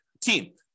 Team